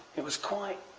it was quite